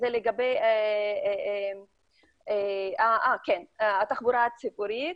לגבי התחבורה הציבורית.